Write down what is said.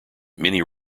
many